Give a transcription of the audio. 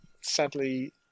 Sadly